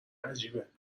عجیبه